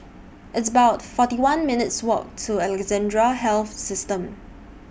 It's about forty one minutes' Walk to Alexandra Health System